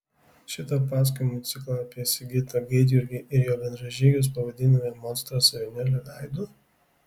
šitą pasakojimų ciklą apie sigitą gaidjurgį ir jo bendražygius pavadinome monstras avinėlio veidu